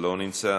לא נמצא,